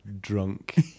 drunk